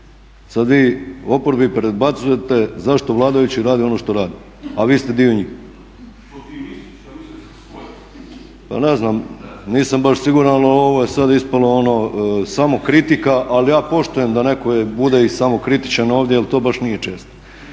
Sada vi oporbi prebacujete zašto vladajući rade ono što rade a vi ste dio njih. …/Upadica se ne čuje./… A ne znam, nisam baš siguran, ali ovo je sad ispalo ono samo kritika, ali ja poštujem da netko bude i samokritičan ovdje jer to baš nije često.